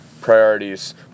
priorities